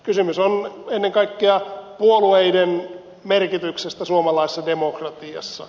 kysymys on ennen kaikkea puolueiden merkityksestä suomalaisessa demokratiassa